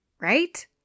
right